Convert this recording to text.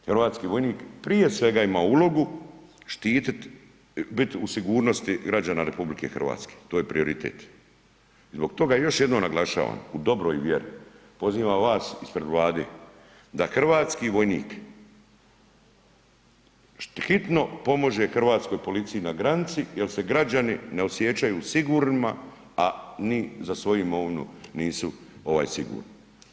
Hrvatski vojnik prije svega ima ulogu štititi biti u sigurnosti građana RH, to je prioritet. i zbog toga još jednom naglašavam u dobroj vjeri, pozivam vas ispred Vlade da hrvatski vojnik hitno pomaže Hrvatskoj policiji na granici jel se građani ne osjećaju sigurnima, a ni za svoju imovinu nisu sigurni.